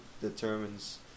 determines